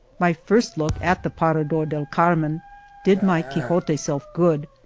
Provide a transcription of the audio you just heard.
my first look at the parador del carmen did my quixote self good,